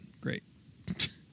Great